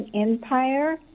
Empire